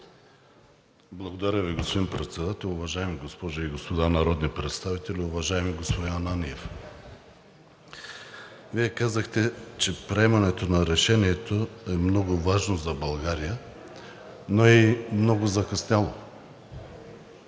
Благодаря Ви, господин Председател. Уважаеми госпожи и господа народни представители! Уважаеми господин Ананиев, Вие казахте, че приемането на решението е много важно за България, но е и много закъсняло.